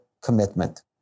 commitment